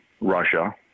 Russia